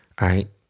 right